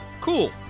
cool